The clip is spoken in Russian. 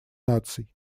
наций